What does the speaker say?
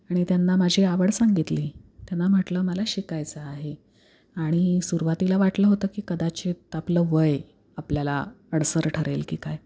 आणि त्यांना माझी आवड सांगितली त्यांना म्हटलं मला शिकायचं आहे आणि सुरवातीला वाटलं होतं की कदाचित आपलं वय आपल्याला अडसर ठरेल की काय